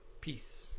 Peace